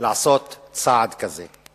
לעשות צעד כזה?